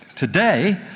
today,